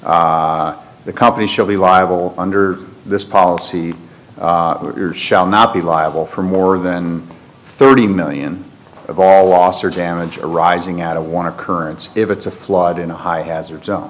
the company should be liable under this policy your shall not be liable for more than thirty million of all loss or damage arising out of one occurrence if it's a flawed in a high hazard